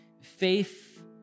Faith